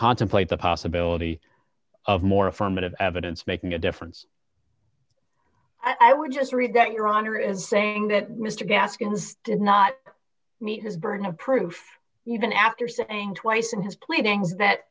contemplate the possibility of more affirmative evidence making a difference i would just read that your honor is saying that mr gaskins did not meet his burden of proof even after saying twice in his playthings that